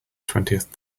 twentieth